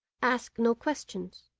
ask no questions